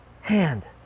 hand